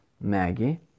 Maggie